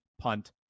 punt